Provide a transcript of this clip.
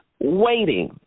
waiting